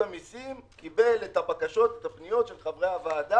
המסים קיבל את פניות ובקשות חברי הוועדה,